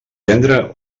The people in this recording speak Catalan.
gendre